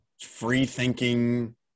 free-thinking